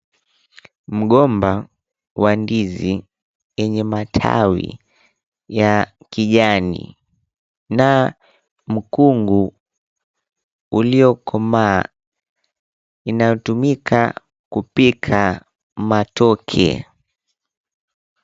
Mgomba wa ndizi yenye matawi ya kijani na mkungu uliokomaa inayotumika kupika matoke.